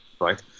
right